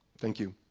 thank you.